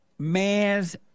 man's